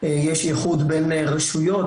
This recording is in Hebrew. יש איחוד בין רשויות,